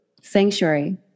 sanctuary